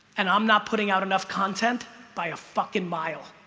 and i'm not putting out enough content by a fucking mile.